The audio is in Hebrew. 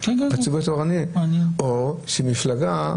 --- או שמפלגה,